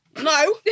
No